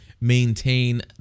maintain